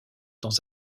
dans